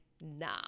nah